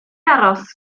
aros